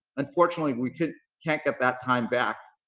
unfortunately, we can't can't get that time back.